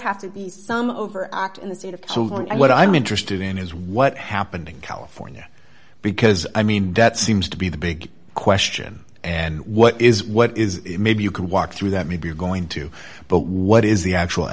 have to be some over in the state of so long and what i'm interested in is what happened in california because i mean that seems to be the big question and what is what is it maybe you can walk through that maybe you're going to but what is the actual